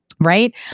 Right